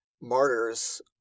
martyrs